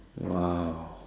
!wow!